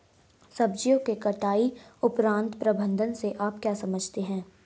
सब्जियों के कटाई उपरांत प्रबंधन से आप क्या समझते हैं?